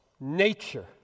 Nature